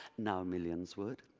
now millions would!